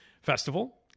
Festival